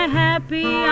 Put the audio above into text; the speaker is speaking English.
happy